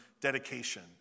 dedication